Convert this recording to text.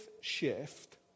shift